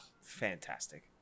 Fantastic